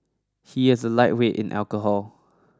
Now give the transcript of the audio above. he is a lightweight in alcohol